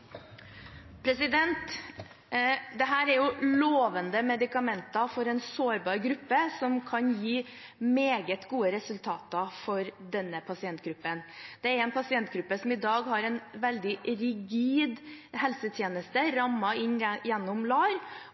lovende medikamenter for en sårbar gruppe, som kan gi meget gode resultater for denne pasientgruppen. Det er en pasientgruppe som i dag har en veldig rigid helsetjeneste rammet inn gjennom LAR.